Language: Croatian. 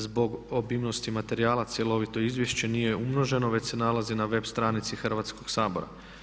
Zbog obimnosti materijala cjelovito izvješće nije umnoženo već se nalazi na web stranici Hrvatskog sabora.